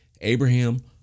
Abraham